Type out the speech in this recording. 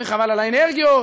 וחבל על האנרגיות,